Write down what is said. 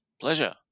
Pleasure